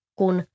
kun